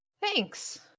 Thanks